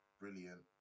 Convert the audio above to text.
brilliant